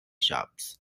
shops